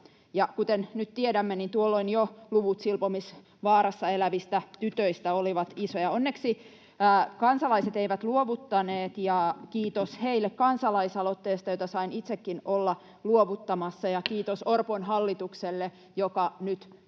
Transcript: Kuten nyt tiedämme, niin jo tuolloin luvut silpomisvaarassa elävistä tytöistä olivat isoja. Onneksi kansalaiset eivät luovuttaneet, ja kiitos heille kansalaisaloitteesta, jota sain itsekin olla luovuttamassa. Ja kiitos Orpon hallitukselle, joka nyt hienosti